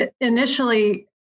initially